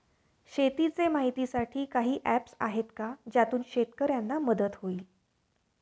शेतीचे माहितीसाठी काही ऍप्स आहेत का ज्यातून शेतकऱ्यांना मदत होईल?